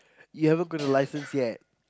you haven't got a license yet